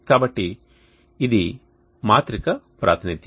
కాబట్టి ఇది మాత్రిక ప్రాతినిధ్యం